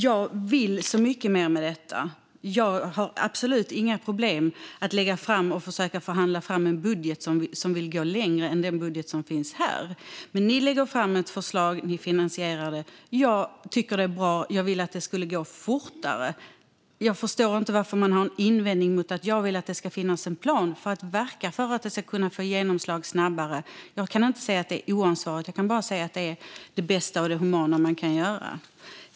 Jag vill mycket mer med detta. Jag har absolut inga problem med att lägga fram och försöka förhandla fram en budget där man vill gå längre än i den budget som finns här. Men ni lägger fram ett förslag. Ni finansierar det. Jag tycker att det är bra. Jag vill att det ska gå fortare. Jag förstår inte varför man har en invändning mot att jag vill att det ska finnas en plan så att man verkar för att detta ska kunna få genomslag snabbare. Jag kan inte se att det är oansvarigt. Jag kan bara se att det är det bästa och det mest humana man kan göra.